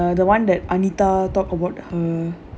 ah the the [one] that anita talk about her